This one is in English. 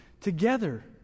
together